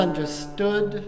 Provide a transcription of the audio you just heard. Understood